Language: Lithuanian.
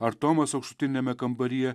ar tomas aukštutiniame kambaryje